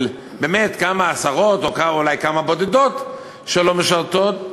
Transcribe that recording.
כמה עשרות או אולי כמה בודדות שלא משרתות,